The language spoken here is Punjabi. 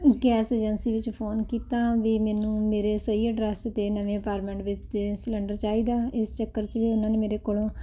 ਗੈਸ ਏਜੰਸੀ ਵਿੱਚ ਫੋਨ ਕੀਤਾ ਵੀ ਮੈਨੂੰ ਮੇਰੇ ਸਹੀ ਐਡਰੈਸ 'ਤੇ ਨਵੇਂ ਅਪਾਰਮੈਂਟ ਵਿੱਚ ਸਿਲਿੰਡਰ ਚਾਹੀਦਾ ਇਸ ਚੱਕਰ 'ਚ ਵੀ ਉਹਨਾਂ ਨੇ ਮੇਰੇ ਕੋਲੋਂ